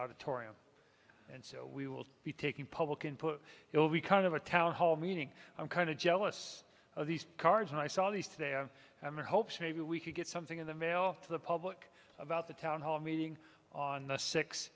auditorium and so we will be taking public input it will be kind of a town hall meeting i'm kind of jealous of these cards and i saw these today and i'm in hopes maybe we could get something in the mail to the public about the town hall meeting on the six